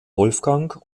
wolfgang